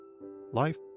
life